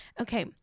Okay